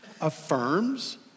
Affirms